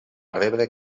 rebre